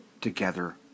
together